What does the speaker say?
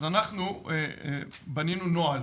אנחנו בנינו נוהל.